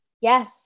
yes